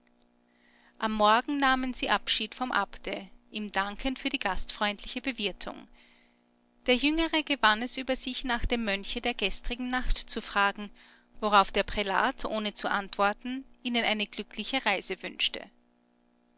am morgen nahmen sie abschied vom abte ihm dankend für die gastfreundliche bewirtung der jüngere gewann es über sich nach dem mönche der gestrigen nacht zu fragen worauf der prälat ohne zu antworten ihnen eine glückliche reise wünschte